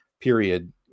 period